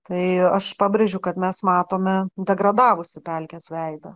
tai aš pabrėžiu kad mes matome degradavusį pelkės veidą